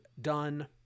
done